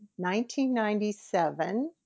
1997